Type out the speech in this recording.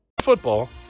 football